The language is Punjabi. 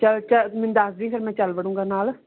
ਚੱਲ ਚੱਲ ਮੈਨੂੰ ਦੱਸਦੀ ਫਿਰ ਮੈਂ ਚੱਲ ਬੜੂਗਾ ਨਾਲ